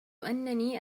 أنني